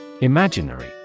Imaginary